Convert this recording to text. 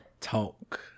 talk